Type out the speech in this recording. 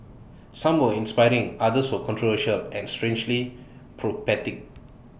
some were inspiring others were controversial and strangely prophetic